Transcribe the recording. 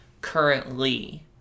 currently